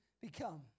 become